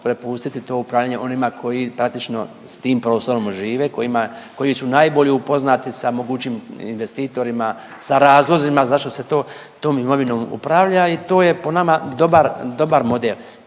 prepustiti to upravljanje onima koji praktično s tim prostorom žive kojima, koji su najbolje upoznati sa mogućnim investitorima, sa razlozima zašto se to tom imovinom upravlja i to je po nama dobar, dobar